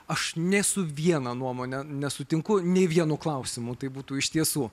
aš nė su viena nuomone nesutinku nei vienu klausimu tai būtų iš tiesų